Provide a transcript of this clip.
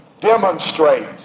demonstrate